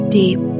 deep